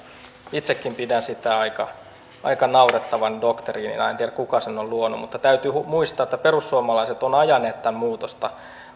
pidän itsekin aika naurettavana doktriinina en tiedä kuka sen on luonut mutta täytyy muistaa että perussuomalaiset ovat ajaneet tähän muutosta